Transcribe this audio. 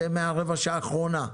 זה מהרבע שעה האחרונה,